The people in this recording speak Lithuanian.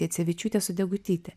jacevičiūtė su degutyte